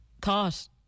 thought